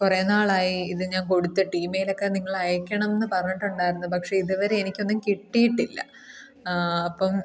കുറേ നാളായി ഇത് ഞാൻ കൊടുത്തിട്ട് ഈമെയിലൊക്കെ നിങ്ങളയക്കണമെന്ന് പറഞ്ഞിട്ടുണ്ടായിരുന്നു പക്ഷേ ഇതുവരെ എനിക്കൊന്നും കിട്ടിയിട്ടില്ല അപ്പം